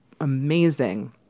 amazing